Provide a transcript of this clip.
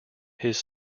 his